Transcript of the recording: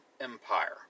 Empire